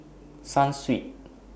Sunsweet